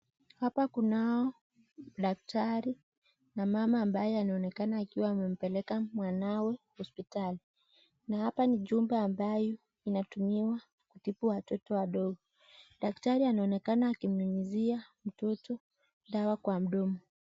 Hapa kunao daktari na mama ambaye anaonekana akiwa amempeleka mwanawe hospitali. Na hapa ni jumba ambayo inatumiwa kutibu watoto wadogo. Daktari anaonekana akimnyunyizia mtoto dawa kwa mdomo.